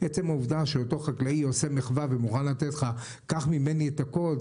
עצם העובדה שאותו חקלאי עושה מחווה ומוכן לתת לך: קח ממני את הכול,